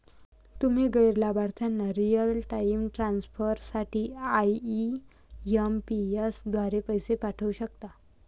तुम्ही गैर लाभार्थ्यांना रिअल टाइम ट्रान्सफर साठी आई.एम.पी.एस द्वारे पैसे पाठवू शकता